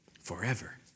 forever